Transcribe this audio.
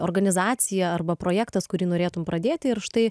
organizacija arba projektas kurį norėtum pradėti ir štai